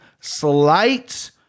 slight